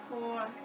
four